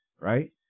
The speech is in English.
right